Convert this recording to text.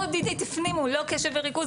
ODD תפנימו לא קשב וריכוז,